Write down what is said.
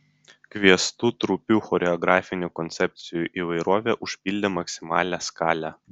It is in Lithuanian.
kviestų trupių choreografinių koncepcijų įvairovė užpildė maksimalią skalę